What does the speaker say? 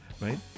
right